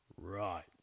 Right